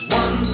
one